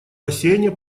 бассейне